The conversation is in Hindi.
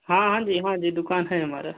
हाँ जी हाँ जी दुकान है हमारी